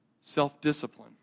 self-discipline